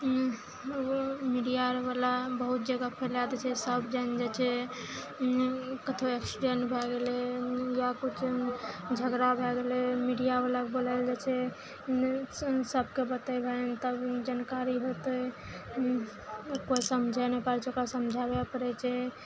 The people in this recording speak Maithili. मीडिया आर बला बहुत जगह फैला दै छै सब जानि जाइ छै कतौ एक्सीडेन्ट भऽ गेलै या किछु झगड़ा भऽ गेलै मीडिया बलाके बोलल जाइ छै सबके बतेबै तब जानकारी हेतै कोइ समझै नहि पारै छै ओकरा समझाबै परै छै